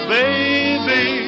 baby